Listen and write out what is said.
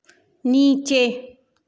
नीचे